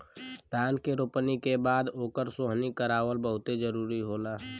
धान के रोपनी के बाद ओकर सोहनी करावल बहुते जरुरी होला